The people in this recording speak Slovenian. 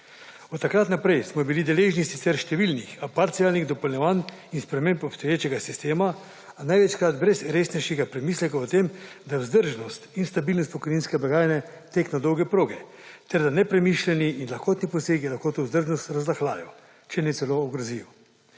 Od takrat naprej smo bili deležni sicer številnih a parcialnih dopolnjevanj in sprememb obstoječega sistema, a največkrat brez resnejšega premisleka o tem, da je vzdržnost in stabilnost pokojninske blagajne tek na dolge proge, ter nepremišljeni in lahko ti posegi lahko to vzdržnost razrahljajo, če ne celo ogrozijo.